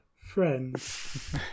friends